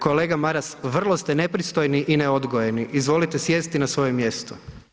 Kolega Maras, vrlo ste nepristojni i neodgojeni, izvolite sjesti na svoje mjesto.